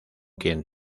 quien